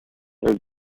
there